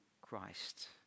Christ